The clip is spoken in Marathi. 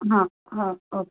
हा हा ओके